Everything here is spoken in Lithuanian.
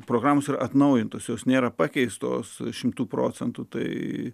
programos yra atnaujintosios nėra pakeistos šimtu procentų tai